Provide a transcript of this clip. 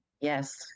Yes